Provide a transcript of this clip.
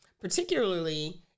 particularly